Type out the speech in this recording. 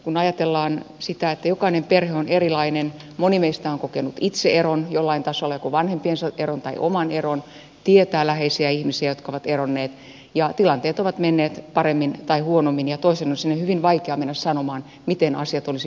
kun ajatellaan sitä että jokainen perhe on erilainen moni meistä on kokenut itse eron jollain tasolla joko vanhempiensa eron tai oman eron tietää läheisiä ihmisiä jotka ovat eronneet ja tilanteet ovat menneet paremmin tai huonommin ja toisen on siinä hyvin vaikea mennä sanomaan miten asiat olisi pitänyt hoitaa